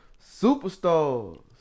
superstars